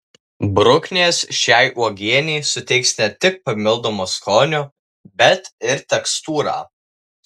bruknės šiai uogienei suteiks ne tik papildomo skonio bet ir tekstūrą